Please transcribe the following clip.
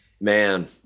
man